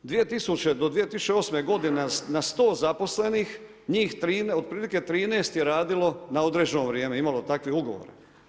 Do 2008. godine na sto zaposlenih njih otprilike 13 je radilo na određeno vrijeme, imalo takve ugovore.